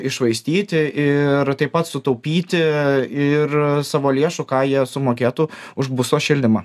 iššvaistyti ir taip pat sutaupyti ir savo lėšų ką jie sumokėtų už būsto šildymą